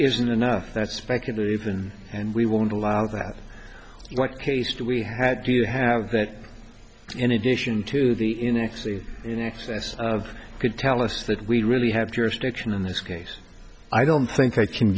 isn't enough that's speculation and we won't allow that what case do we had to have that in addition to the in actually in excess of could tell us that we really have jurisdiction in this case i don't think i can